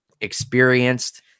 experienced